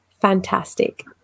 fantastic